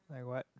like what